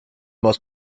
most